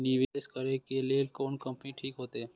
निवेश करे के लेल कोन कंपनी ठीक होते?